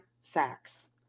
sacks